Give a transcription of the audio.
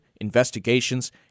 investigations